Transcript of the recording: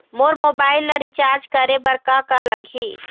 मोर mobile ला recharge करे बर का का लगही?